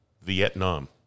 Vietnam